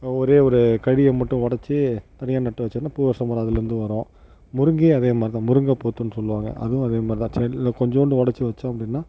ஒரேயொரு கழியை மட்டும் ஒடைச்சி தனியாக நட்டு வெச்சோம்ன்னா பூவரசம் மரம் அதுலேருந்து வரும் முருங்கையும் அதே மாதிரி தான் முருங்கை போத்துனு சொல்வாங்க அதுவும் அதேமாதிரி தான் செடிகள்ல கொஞ்சோண்டு ஒடைச்சி வெச்சோம் அப்படினா